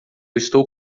estou